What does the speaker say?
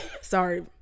sorry